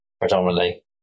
predominantly